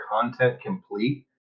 content-complete